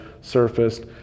surfaced